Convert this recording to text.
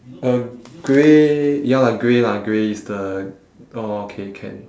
a grey ya lah grey lah grey it's the oh okay can